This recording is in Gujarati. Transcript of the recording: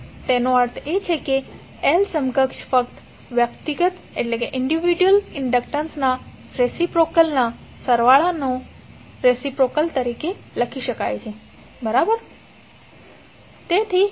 તેનો અર્થ એ કે L સમકક્ષ ફક્ત વ્યક્તિગત ઇન્ડક્ટન્સના રેસિપ્રોકેલ ના સરવાળાના રેસિપ્રોકેલ તરીકે લખી શકાય છે બરાબર